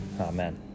Amen